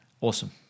Awesome